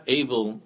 able